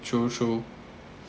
true true